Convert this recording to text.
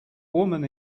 woman